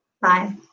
Bye